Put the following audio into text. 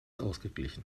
ausgeglichen